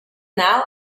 now